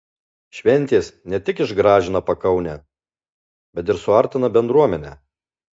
šventės ne tik išgražina pakaunę bet ir suartina bendruomenę